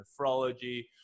nephrology